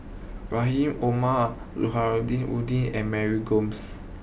Rahim Omar Nordin and Mary Gomes